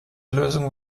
lösungen